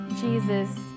Jesus